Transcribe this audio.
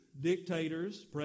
dictators